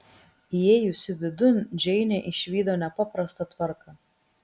įėjusi vidun džeinė išvydo nepaprastą tvarką